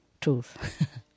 truth